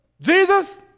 Jesus